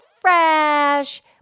fresh